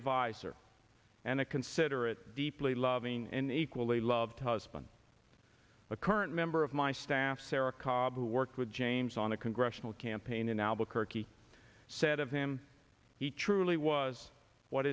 adviser and a considerate deeply loving and equally loved husband a current member of my staff sarah cobb who worked with james on the congressional campaign in albuquerque said of him he truly was what